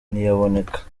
ntiyaboneka